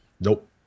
Nope